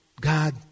God